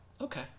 Okay